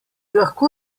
lahko